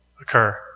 occur